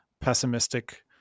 pessimistic